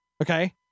Okay